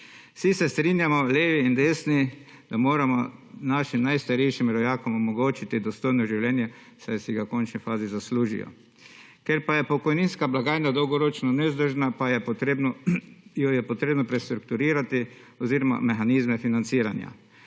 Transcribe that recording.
Vsi se strinjamo, levi in desni, da moramo našim najstarejšim rojakom omogočiti dostojno življenje, saj si ga v končni fazi zaslužijo. Ker pa je pokojninska blagajna dolgoročno nevzdržna, pa jo je potrebno prestrukturirati oziroma mehanizme financiranja.